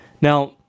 Now